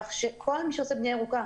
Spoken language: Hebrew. כך שכל מי שעושה בנייה ירוקה